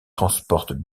transportent